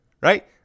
right